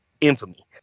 infamy